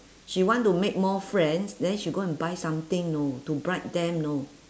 she want to make more friends then she go and buy something know to bribe them know